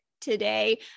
today